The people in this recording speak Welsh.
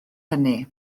hynny